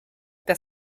das